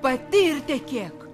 pati ir tekėk